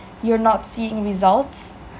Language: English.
you're not seeing results